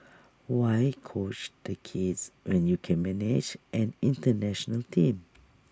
why coach the kids when you can manage an International team